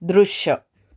दृश्य